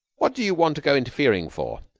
what do you want to go interfering for?